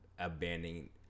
abandoning